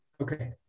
Okay